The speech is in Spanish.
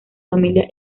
familia